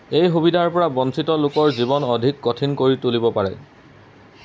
এই সুবিধাৰ পৰা বঞ্চিত লোকৰ জীৱন অধিক কঠিন কৰি তুলিব পাৰে